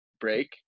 break